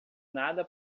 nada